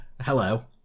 Hello